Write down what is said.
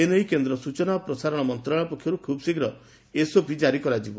ଏନେଇ କେନ୍ଦ୍ର ସୂଚନା ଓ ପ୍ରସାରଣ ମନ୍ତଶାଳ ପକ୍ଷରୁ ଖୁବ୍ ଶୀଘ୍ର ଏସ୍ଓପି ଜାରି କରାଯିବ